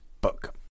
book